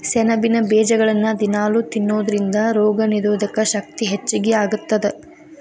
ಸೆಣಬಿನ ಬೇಜಗಳನ್ನ ದಿನಾಲೂ ತಿನ್ನೋದರಿಂದ ರೋಗನಿರೋಧಕ ಶಕ್ತಿ ಹೆಚ್ಚಗಿ ಆಗತ್ತದ